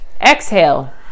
exhale